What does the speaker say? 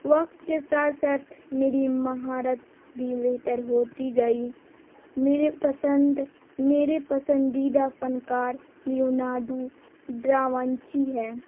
وقت کے ساتھ ساتھ میری مہارت بھی بہتر ہوتی گئی میرے پسند میرے پسندیدہ فنکار لیوناڈو ڈا ونچی ہے